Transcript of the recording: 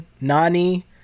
Nani